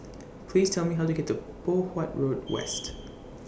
Please Tell Me How to get to Poh Huat Road West